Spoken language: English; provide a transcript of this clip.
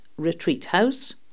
retreathouse